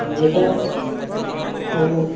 ଆଉ ଏଇଟା ଆଉ